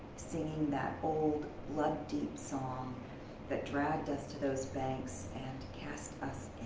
singing that old blood deep song that dragged us to those banks and cast us